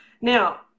now